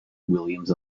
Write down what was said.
williams